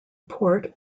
port